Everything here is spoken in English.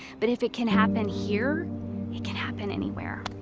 but if it can happen here it can happen anywhere.